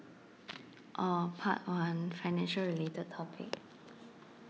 oh part one financial related topic